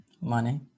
money